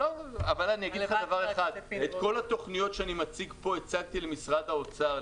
את כל התוכניות שאני אומר פה הצגתי למשרד האוצר,